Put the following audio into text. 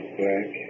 black